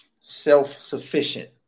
Self-sufficient